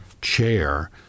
chair